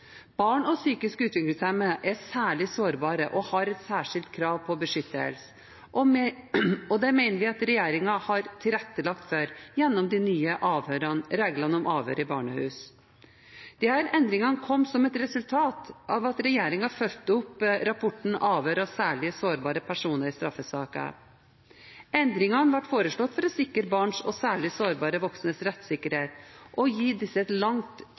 Barn og psykisk utviklingshemmede er særlig sårbare og har et særskilt krav på beskyttelse, og det mener vi at regjeringen har tilrettelagt for gjennom de nye reglene om avhør i barnehus. Disse endringene kom som et resultat av at regjeringen fulgte opp rapporten Avhør av særlig sårbare personer i straffesaker. Endringene ble foreslått for å sikre barns og særlig sårbare voksnes rettssikkerhet og gi disse et langt